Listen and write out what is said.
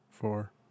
Four